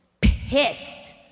pissed